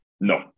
No